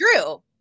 true